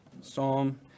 Psalm